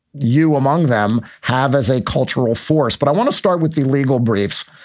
you among them, have as a cultural force. but i want to start with the legal briefs.